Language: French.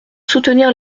soutenir